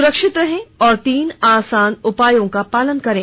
सुरक्षित रहें और तीन आसान उपायों का पालन करें